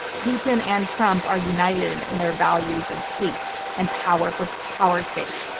putin and trump are united in their values of hate and power for power's sake.